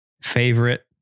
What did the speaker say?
Favorite